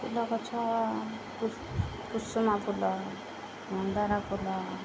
ଫୁଲ ଗଛ କୁସୁମ ଫୁଲ ମନ୍ଦାର ଫୁଲ